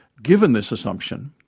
given this assumption,